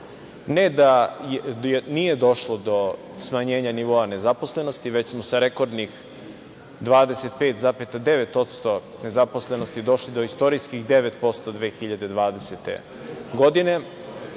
Ne da nije došlo do smanjenja nivoa nezaposlenosti, već smo sa rekordnih 25,9% nezaposlenosti došli do istorijskih 9% 2020. godine. Kada